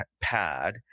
pad